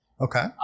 Okay